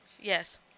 Yes